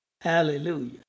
Hallelujah